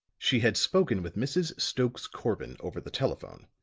she had spoken with mrs. stokes-corbin over the telephone.